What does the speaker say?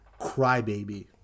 crybaby